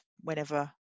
Whenever